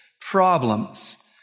problems